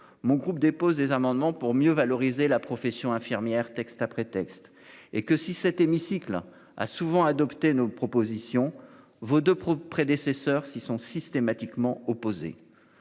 Mon groupe dépose des amendements pour mieux valoriser la profession infirmière texte après texte et que si cet hémicycle a souvent adopté nos propositions vos deux prédécesseurs s'sont systématiquement opposés.